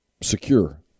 secure